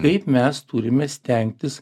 kaip mes turime stengtis